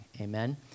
amen